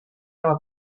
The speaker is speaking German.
aber